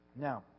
Now